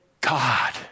God